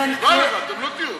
דע לך, אתם לא תהיו.